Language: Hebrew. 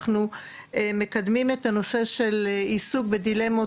אנחנו מקדמים את הנושא של עיסוק בדילמות